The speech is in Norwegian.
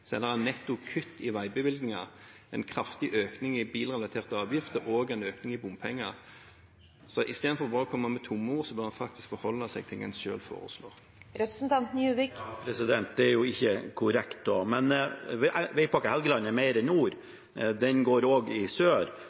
er det et nettokutt i veibevilgningene, en kraftig økning i bilrelaterte avgifter og en økning i bompengene. Så i stedet for å komme med tomme ord bør man faktisk forholde seg til det en selv foreslår. Det er jo ikke korrekt. Men vegpakke Helgeland er mer enn nord. Den går også i sør,